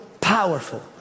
powerful